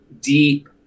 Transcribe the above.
deep